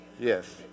Yes